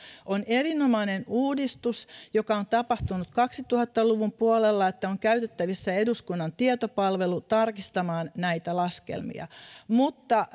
erinomainen uudistus joka on tapahtunut kaksituhatta luvun puolella on se että on käytettävissä eduskunnan tietopalvelu tarkistamaan näitä laskelmia mutta